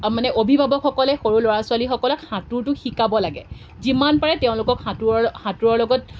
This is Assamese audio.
মানে অভিভাৱকসকলে সৰু ল'ৰা ছোৱালীসকলক সাঁতোৰটো শিকাব লাগে যিমান পাৰে তেওঁলোকক সাঁতোৰৰ সাঁতোৰৰ লগত